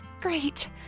Great